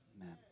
Amen